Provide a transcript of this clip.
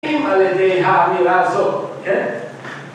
אם על ידי האמירה הזו, כן?